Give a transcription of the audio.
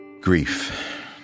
Grief